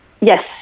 Yes